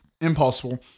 impossible